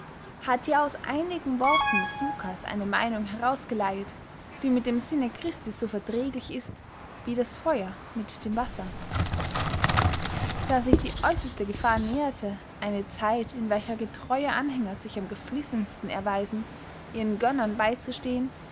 hat ja aus einigen worten des lucas eine meynung herausgeleiert die mit dem sinne christi so verträglich ist wie das feuer mit dem wasser da sich die äusserste gefahr näherte eine zeit in welcher getreue anhänger sich am geflissensten erweisen ihren gönnern beyzustehen